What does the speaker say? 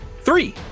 Three